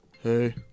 hey